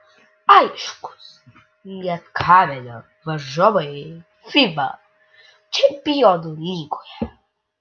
aiškūs lietkabelio varžovai fiba čempionų lygoje